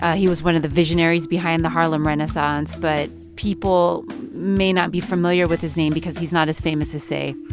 ah he was one of the visionaries behind the harlem renaissance. but people may not be familiar with his name because he's not as famous as, say,